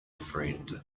friend